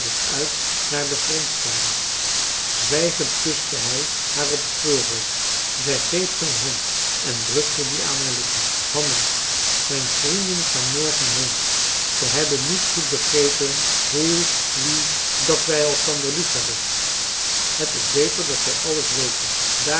novellen den grond starend zwijgend kuste hij haar op het voorhoofd zij greep zijn hand en drukte die aan haar lippen hanna mijn vrienden gaan morgen heen zij hebben niet goed begrepen hoe wie dat wij elkander liefhebben het is beter dat zij alles weten